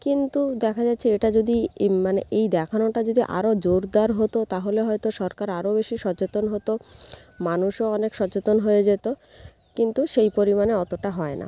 কিন্তু দেখা যাচ্ছে এটা যদি মানে এই দেখানোটা যদি আরও জোরদার হতো তাহলে হয়তো সরকার আরও বেশি সচেতন হতো মানুষও অনেক সচেতন হয়ে যেতো কিন্তু সেই পরিমাণে অতোটা হয় না